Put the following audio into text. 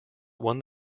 won